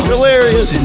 Hilarious